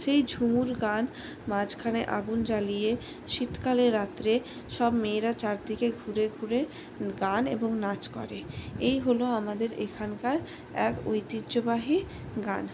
সেই ঝুমুর গান মাঝখানে আগুন জ্বালিয়ে শীতকালে রাত্রে সব মেয়েরা চারদিকে ঘুরে ঘুরে গান এবং নাচ করে এই হল আমাদের এখানকার এক ঐতিহ্যবাহী গান